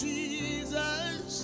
Jesus